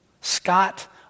Scott